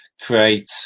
create